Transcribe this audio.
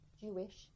Jewish